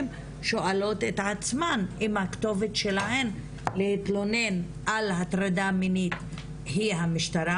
שואלות את עצמן אם הכתובת שלהן להתלונן על הטרדה מינית היא המשטרה,